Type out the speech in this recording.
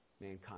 mankind